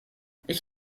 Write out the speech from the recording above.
ich